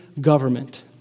government